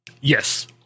Yes